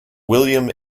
william